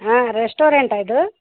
ಹಾಂ ರೆಸ್ಟೋರೆಂಟ ಇದು